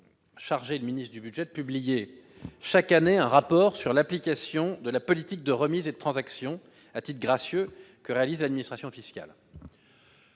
charge le ministre du budget de publier chaque année un rapport sur l'application de la politique de remises et de transactions à titre gracieux réalisées par l'administration fiscale.